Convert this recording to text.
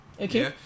okay